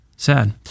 Sad